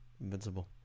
Invincible